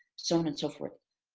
so on and so forth.